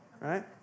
Right